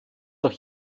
auch